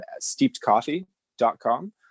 steepedcoffee.com